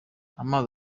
amazi